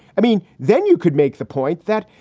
i mean, then you could make the point that,